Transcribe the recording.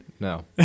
No